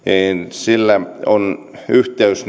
sillä on yhteys